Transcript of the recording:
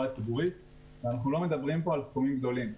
הציבורית ואנחנו לא מדברים כאן על סכומים גדולים.